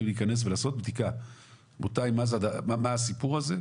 להיכנס ולעשות בדיקה מה זה הסיפור הזה.